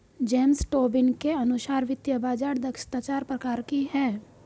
James Tobin के अनुसार वित्तीय बाज़ार दक्षता चार प्रकार की है